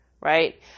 right